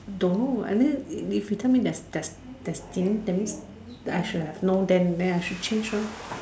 don't know I mean if you tell me there's there's there's then means I should have know then I should change lor